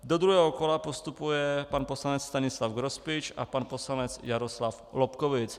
Do druhého kola postupuje pan poslanec Stanislav Grospič a pan poslanec Jaroslav Lobkowicz.